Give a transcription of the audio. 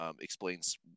explains